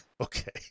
Okay